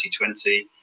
2020